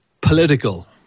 political